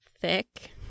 thick